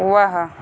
वाह